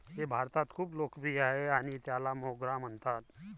हे भारतात खूप लोकप्रिय आहे आणि त्याला मोगरा म्हणतात